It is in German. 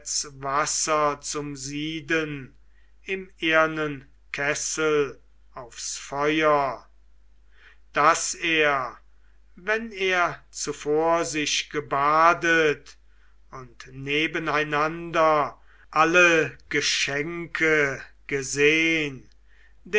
wasser zum sieden im ehernen kessel aufs feuer daß er wenn er zuvor sich gebadet und nebeneinander alle geschenke gesehn